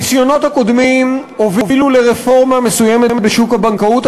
הניסיונות הקודמים הובילו לרפורמה מסוימת בשוק הבנקאות,